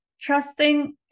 trusting